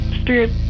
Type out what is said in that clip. spirit